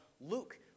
Luke